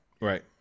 Right